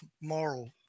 moral